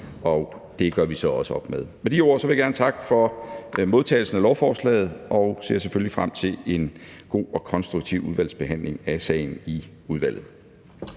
Det gør vi så også op med. Med de ord vil jeg gerne takke for modtagelsen af lovforslaget, og jeg ser selvfølgelig frem til en god og konstruktiv behandling af sagen i udvalget.